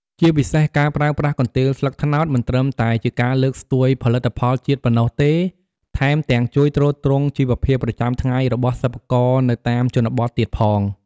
ជាពិសេស ការប្រើប្រាស់កន្ទេលស្លឹកត្នោត មិនត្រឹមតែជាការលើកស្ទួយផលិតផលជាតិប៉ុណ្ណោះទេ ថែមទាំងជួយទ្រទ្រង់ជីវភាពប្រចាំថ្ងៃរបស់សិប្បករនៅតាមជនបទទៀតផង។